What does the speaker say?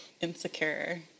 insecure